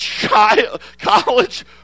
college